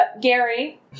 Gary